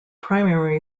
primary